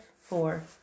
Four